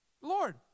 Lord